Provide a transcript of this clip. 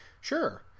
sure